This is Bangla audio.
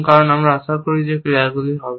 কারণ আমরা আশা করি যে ক্রিয়াগুলি হবে